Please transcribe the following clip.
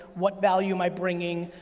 what value am i bringing,